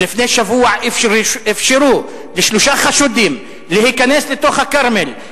שלפני שבוע אפשרו לשלושה חשודים להיכנס לתוך הכרמל,